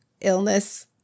illness